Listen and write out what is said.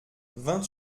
vingt